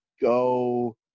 go